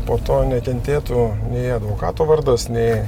po to nenukentėtų nei advokato vardas nei